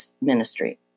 ministry